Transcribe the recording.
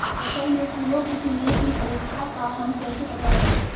फसल में फूलों के खिलने की अवस्था का हम कैसे पता लगाएं?